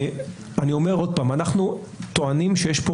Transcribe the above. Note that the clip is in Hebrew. אני אומר עוד פעם: אנחנו טוענים שיש פה